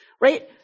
right